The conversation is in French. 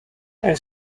elle